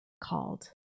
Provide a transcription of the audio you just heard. called